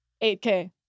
8K